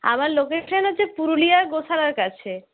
আমার লোকেশন হচ্ছে পুরুলিয়ার গোশালার কাছে